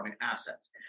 assets